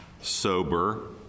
sober